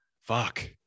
fuck